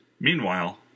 Meanwhile